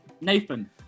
Nathan